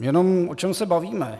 Jenom o čem se bavíme.